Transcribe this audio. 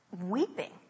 Weeping